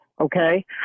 Okay